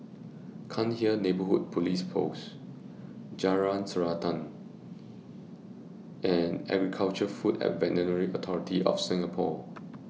Cairnhill Neighbourhood Police Post Jalan Srantan and Agri Food and Veterinary Authority of Singapore